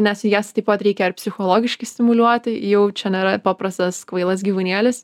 nes jas taip pat reikia ir psichologiškai stimuliuoti jau čia nėra paprastas kvailas gyvūnėlis